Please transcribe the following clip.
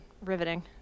riveting